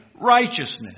righteousness